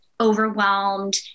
overwhelmed